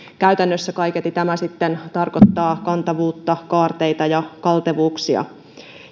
käytännössä kaiketi tämä sitten tarkoittaa kantavuutta kaarteita ja kaltevuuksia